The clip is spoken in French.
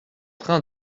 train